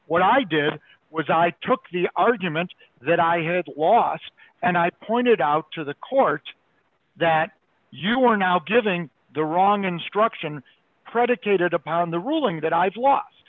what i did was i took the argument that i had lost and i pointed out to the court that you are now giving the wrong instruction predicated upon the ruling that i've lost